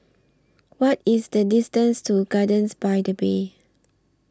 What IS The distance to Gardens By The Bay